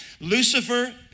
Lucifer